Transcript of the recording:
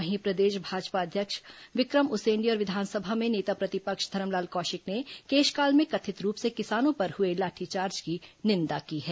वहीं प्रदेश भाजपा अध्यक्ष विक्रम उसेंडी और विधानसभा में नेता प्रतिपक्ष धरमलाल कौशिक ने केशकाल में कथित रूप से किसानों पर हुए लाठीचार्ज की निंदा की है